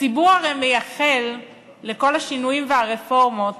הציבור הרי מייחל לכל השינויים והרפורמות